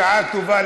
בשעה טובה,